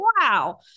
wow